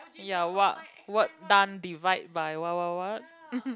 ya what what done divide by what what what